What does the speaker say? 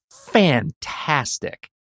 fantastic